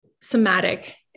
somatic